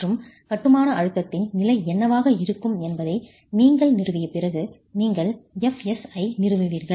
மற்றும் கட்டுமான அழுத்தத்தின் நிலை என்னவாக இருக்கும் என்பதை நீங்கள் நிறுவிய பிறகு நீங்கள் fs ஐ நிறுவுகிறீர்கள்